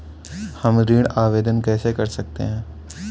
हम ऋण आवेदन कैसे कर सकते हैं?